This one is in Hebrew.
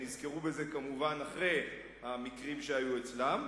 נזכרו בזה כמובן אחרי המקרים שהיו אצלם,